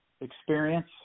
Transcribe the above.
experience